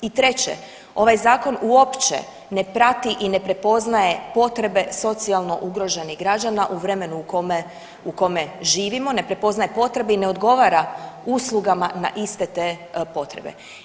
I treće, ovaj zakon uopće ne prati i ne prepoznaje potrebe socijalno ugroženih građana u vremenu u kome živimo, ne prepoznaje potrebe i ne odgovara uslugama na iste te potrebe.